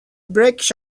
brakes